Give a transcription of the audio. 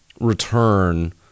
return